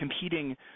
competing